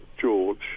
George